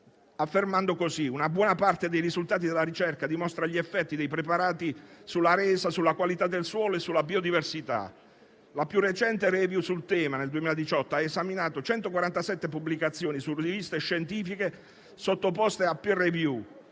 affermando che una buona parte dei risultati della ricerca dimostra gli effetti dei preparati sulla resa, sulla qualità del suolo e sulla biodiversità. La più recente *review* sul tema, nel 2018, ha esaminato 147 pubblicazioni su riviste scientifiche sottoposte a *peerreview*